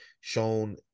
shown